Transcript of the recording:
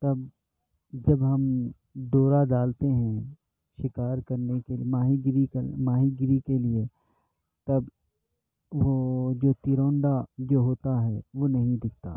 تب جب ہم ڈورا ڈالتے ہیں شکار کرنے کے ماہی گیری کر ماہی گیری کے لیے تب وہ جو تروندا جو ہوتا ہے وہ نہیں دکھتا